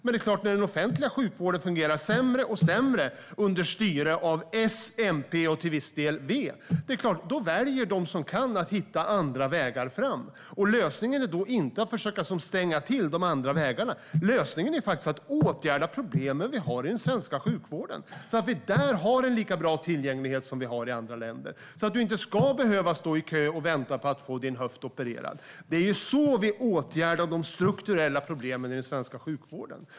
När den offentliga sjukvården fungerar sämre och sämre under styre av S, MP och till viss del V är det klart att de som kan väljer att hitta andra vägar. Lösningen är då inte att vi försöker stänga de andra vägarna, utan lösningen är att åtgärda de problem vi har i den svenska sjukvården, så att vi får en lika bra tillgänglighet som i andra länder. Man ska inte behöva stå i kö och vänta på att få sin höft opererad. Det är så vi åtgärdar de strukturella problemen i den svenska sjukvården.